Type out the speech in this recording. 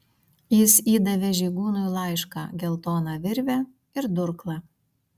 jis įdavė žygūnui laišką geltoną virvę ir durklą